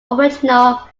original